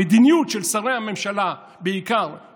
המדיניות של שרי הממשלה בעיקר,